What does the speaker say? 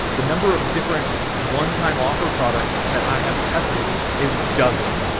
the number of different onetime offer products that i have tested is dozens.